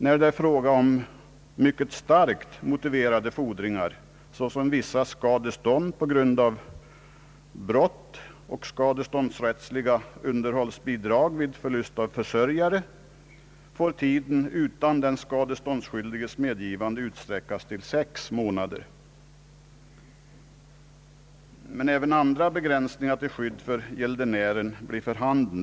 I fråga om mycket starkt motiverade fordringar, såsom vissa skadestånd på grund av brott och skadeståndsrättsliga underhållsbidrag vid förlust av försörjare, får tiden utan den skadeståndsskyldiges medgivande utsträckas till sex månader. Även andra begränsningar till skydd för gäldenären är för handen.